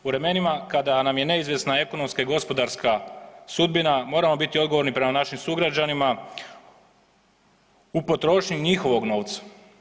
U vremenima kada nam je neizvjesna ekonomska i gospodarska sudbina, moramo biti odgovorni prema našim sugrađanima, u potrošnji njihovog novca.